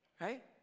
right